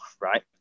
Right